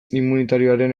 immunitarioaren